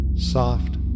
Soft